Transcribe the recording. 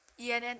ENN